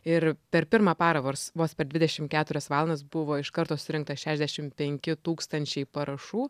ir per pirmą parą vors vos per dvidešim keturias valandas buvo iš karto surinkta šešdešim penki tūkstančiai parašų